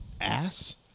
ass